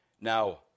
Now